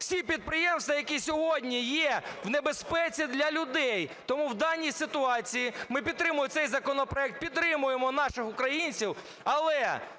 Всі підприємства, які сьогодні є в небезпеці для людей. Тому в даній ситуації ми підтримуємо цей законопроект, підтримуємо наших українців,